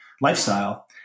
lifestyle